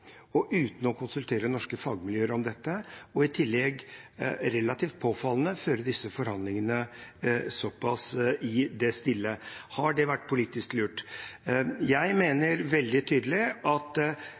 og uten å konsultere norske fagmiljøer om dette og i tillegg, relativt påfallende, føre disse forhandlingene så pass i det stille. Har det vært politisk lurt? Jeg